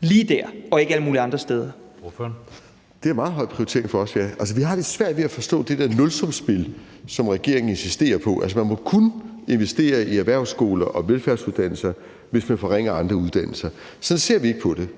Lidegaard (RV): Det er en meget høj prioritering for os, ja. Altså, vi har lidt svært ved at forstå det der nulsumsspil, som regeringen insisterer på, nemlig at man kun må investere i erhvervsskoler og velfærdsuddannelser, hvis man forringer andre uddannelser. Sådan ser vi ikke på det.